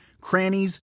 crannies